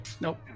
Nope